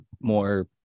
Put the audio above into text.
more